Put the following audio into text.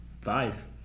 five